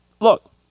look